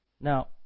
Now